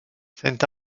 saint